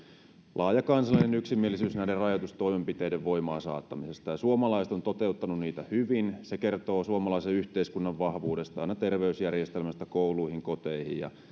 laaja kansallinen yksimielisyys näiden rajoitustoimenpiteiden voimaansaattamisesta ja suomalaiset ovat toteuttaneet niitä hyvin se kertoo suomalaisen yhteiskunnan vahvuudesta aina terveysjärjestelmästä kouluihin koteihin ja